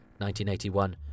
1981